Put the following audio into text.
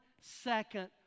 second